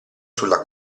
sulla